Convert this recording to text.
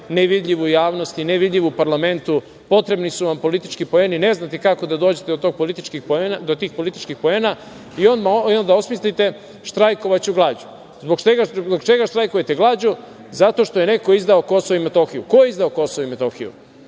nevidljiv u javnosti, nevidljiv u parlamentu, potrebni su vam politički poeni, ne znate kako da dođete do tih politički poena i onda osmislite – štrajkovaću glađu. Zbog čega štrajkujete glađu? Zato što je neko izdao Kosovo i Metohiju. Ko je izdao Kosovo i Metohiju? Onda